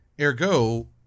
Ergo